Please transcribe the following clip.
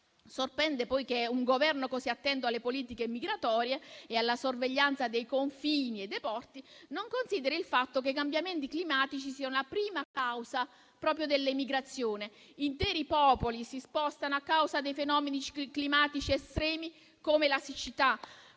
Sorprende poi che un Governo così attento alle politiche migratorie e alla sorveglianza dei confini e dei porti non consideri il fatto che i cambiamenti climatici siano la prima causa proprio dell'emigrazione. Interi popoli si spostano a causa dei fenomeni climatici estremi come la siccità.